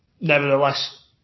Nevertheless